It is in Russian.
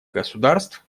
государств